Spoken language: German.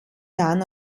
dann